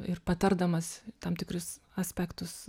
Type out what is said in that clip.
ir patardamas tam tikrus aspektus